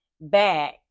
back